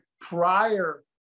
prior